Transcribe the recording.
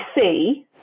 see